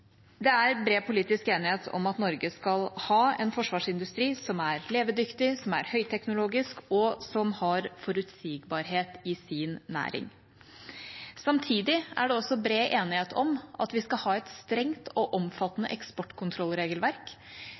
Det er bred politisk enighet om at Norge skal ha en forsvarsindustri som er levedyktig, som er høyteknologisk, og som har forutsigbarhet i sin næring. Samtidig er det også bred enighet om at vi skal ha et strengt og omfattende eksportkontrollregelverk,